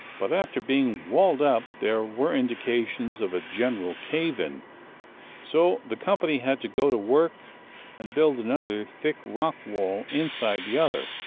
but, after being walled up, there were indications of a general cave-in so the company had to go to work and build another thick rock-wall inside the other,